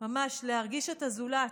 ממש להרגיש את הזולת,